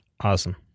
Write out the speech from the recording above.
Awesome